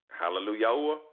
Hallelujah